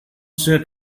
set